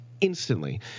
instantly